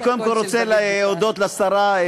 אני קודם כול רוצה להודות לשרה,